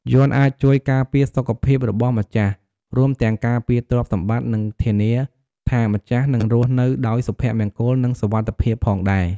យន្តអាចជួយការពារសុខភាពរបស់ម្ចាស់ រួមទាំងការពារទ្រព្យសម្បត្តិ និងធានាថាម្ចាស់នឹងរស់នៅដោយសុភមង្គល និងសុវត្ថិភាពផងដែរ។